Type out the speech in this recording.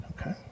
Okay